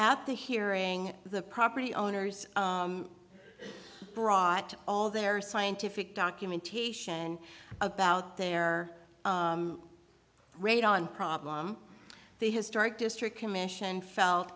at the hearing the property owners brought all their scientific documentation about their rate on problem the historic district commission felt